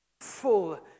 Full